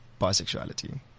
bisexuality